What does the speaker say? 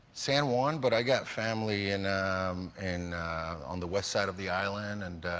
san juan, but i've got family and um and on the west side of the island and